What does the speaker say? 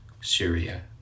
Syria